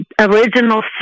original